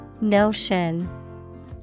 Notion